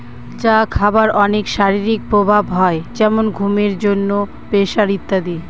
চা খাবার অনেক শারীরিক প্রভাব হয় যেমন ঘুমের জন্য, প্রেসার ইত্যাদি